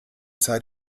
zeit